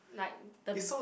like the